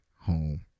home